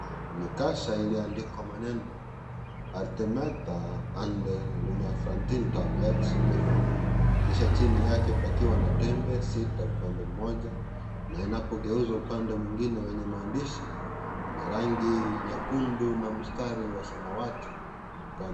Ni kasha iliyoandikwa maneno artemether and lumefantrine tablets limefin kisha chini yake pakiwa na tembe sita upande mmoja na inapogeuzwa upande mwengine wenye maandishi na rangi nyekundu na mstari wa samawati upande.